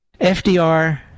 FDR